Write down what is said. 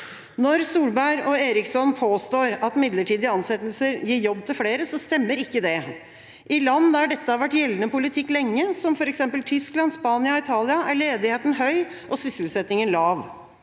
Når Solberg og Eriksson påstår at midlertidige ansettelser gir jobb til flere, stemmer ikke det. I land der dette har vært gjeldende politikk lenge, som f.eks. Tyskland, Spania, Italia, er ledigheten høy og sysselsettingen lav.